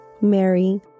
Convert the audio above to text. Mary